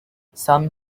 some